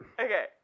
Okay